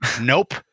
Nope